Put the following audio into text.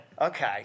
Okay